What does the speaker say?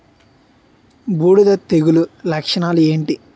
బూడిద తెగుల లక్షణాలు ఏంటి?